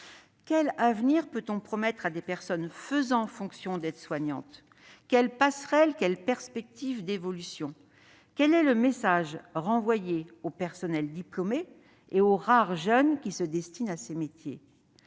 Quel avenir réserve-t-on aux personnes faisant fonction d'aide-soignant ? Quelles sont les passerelles et les perspectives d'évolution ? Quel est le message envoyé aux personnels diplômés et aux rares jeunes qui se destinent à ce métier ?